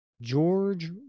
George